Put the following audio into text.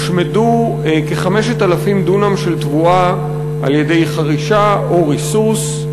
הושמדו כ-5,000 דונם של תבואה על-ידי חרישה או ריסוס.